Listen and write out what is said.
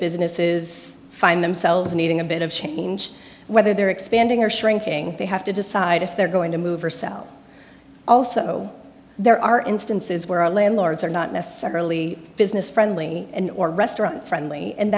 businesses find themselves needing a bit of change whether they're expanding or shrinking they have to decide if they're going to move or sell also there are instances where landlords are not necessarily business friendly or restaurant friendly and